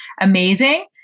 amazing